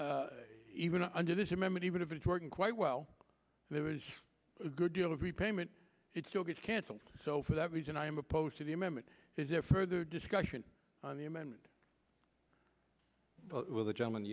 even under this amendment even if it's working quite well there is a good deal of repayment it still gets canceled so for that reason i am opposed to the amendment is there further discussion on the amendment with the gentleman